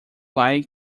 like